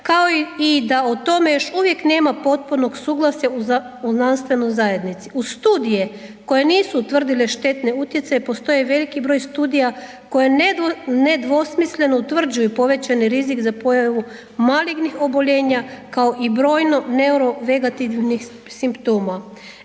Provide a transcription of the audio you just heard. kao da i o tome još uvijek nema potpunog suglasja u znanstvenoj zajednici. Uz studije koje nisu utvrdile štetne utjecaje postoje veliki broj studija koje nedvosmisleno utvrđuju povećani rizik za pojavu malignih oboljenja kao i brojno neurovegativnih simptoma.